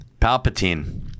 Palpatine